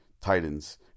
Titans